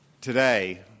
Today